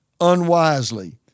unwisely